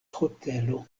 hotelo